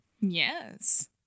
Yes